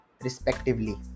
respectively